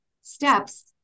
steps